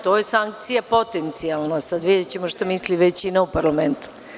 To je sankcija potencijalna, a videćemo šta misli većina u parlamentu.